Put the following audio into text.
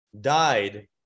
died